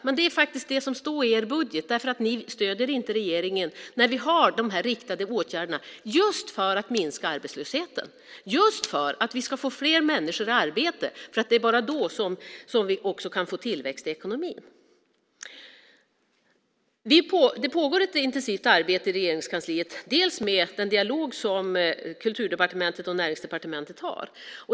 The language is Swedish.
Men det är faktiskt vad som står i er budget, för ni stöder inte regeringen när vi har dessa riktade åtgärder för att minska arbetslösheten och få fler människor i arbete. Det är bara då som vi också kan få tillväxt i ekonomin. Det pågår ett intensivt arbete i Regeringskansliet i och med den dialog som Kulturdepartementet och Näringsdepartementet har.